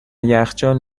یخچال